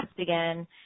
again